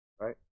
Right